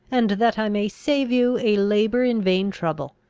and that i may save you a labour-in-vain trouble.